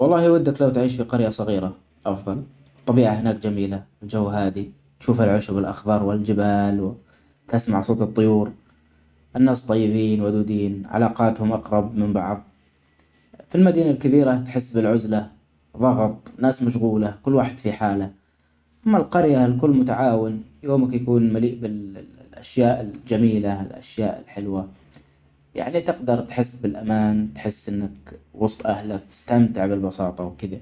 والله ودك لو تعيش في قرية صغيرة أفظل. الطبيعة هناك جميلة والجو هادي ، تشوف العشب والاخضر والجبال. تسمع صوت الطيور ، الناس طيبين ودودين علاقاتهم أقرب من بعض. في المدينة الكبيرة تحس بالعزلة ، ظغط ناس مشغولة ،كل واحد في حالة. أما القرية الكل متعاون يومك يكون ملئ بال-الأشياء الجميلة الأشياء الحلوة ، يعني تجدر تحس بالأمان ، تحس أنك وسط أهلك تستمتع بالبساطه وكدة.